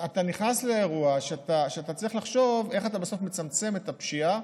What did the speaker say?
אתה נכנס לאירוע שאתה צריך לחשוב איך אתה בסוף מצמצם את הפשיעה,